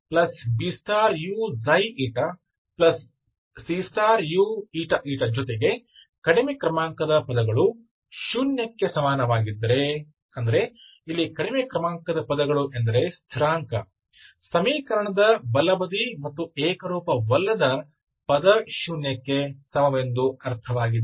ನೀವು AuξξBuξηCuηη ಜೊತೆಗೆ ಕಡಿಮೆ ಕ್ರಮಾಂಕದ ಪದಗಳು ಶೂನ್ಯಕ್ಕೆ ಸಮನಾಗಿದ್ದರೆ ಅಂದರೆ ಇಲ್ಲಿ ಕಡಿಮೆ ಕ್ರಮಾಂಕದ ಪದಗಳು ಎಂದರೆ ಸ್ಥಿರಾಂಕ ಸಮೀಕರಣದ ಬಲಬದಿ ಮತ್ತು ಏಕರೂಪವಲ್ಲದ ಪದ ಶೂನ್ಯಕ್ಕೆ ಸಮವೆಂದು ಅರ್ಥವಾಗಿದೆ